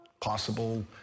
possible